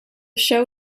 show